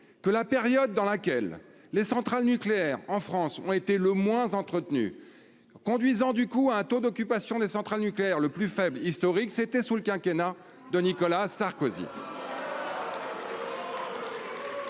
que la période dans laquelle les centrales nucléaires en France ont été le moins entretenu conduisant du coup à un taux d'occupation des centrales nucléaires, le plus faible historique, c'était sous le quinquennat de Nicolas Sarkozy.